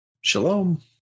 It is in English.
Shalom